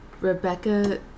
Rebecca